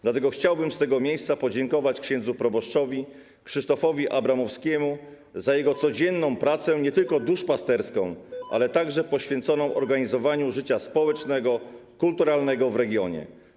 Dlatego chciałbym z tego miejsca podziękować księdzu proboszczowi Krzysztofowi Abramowskiemu za jego codzienną pracę nie tylko duszpasterską, ale także poświęconą organizowaniu życia społecznego i kulturalnego w regionie.